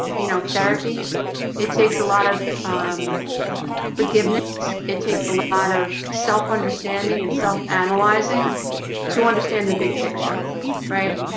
you know therapy it takes a lot of um forgiveness it takes a lot of self understanding and self analyzing to understand the big picture right,